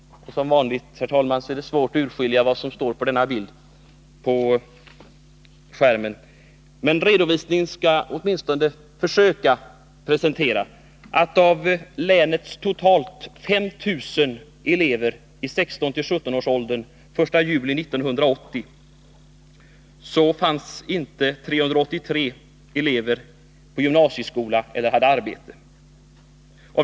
Bilden försöker redovisa följande. Av länets totalt 5000 elever i 16-17-årsåldern den 1 juli 1980 hade 383 elever inte erhållit gymnasieplats eller arbete.